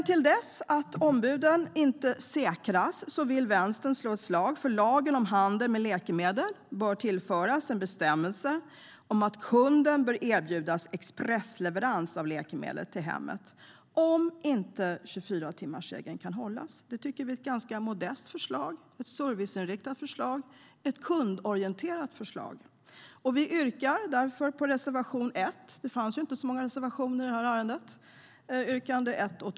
Till dess att ombuden inte säkras vill Vänstern slå ett slag för att det i lagen om handel med läkemedel bör tillföras en bestämmelse om att kunden bör erbjudas expressleverans av läkemedel till hemmet om 24-timmarsregeln inte kan hållas. Det tycker vi är ett ganska modest förslag, ett serviceinriktat förslag och ett kundorienterat förslag. Vi yrkar därför bifall till reservationerna 1 och 2. Det finns inte så många reservationer i det här betänkandet.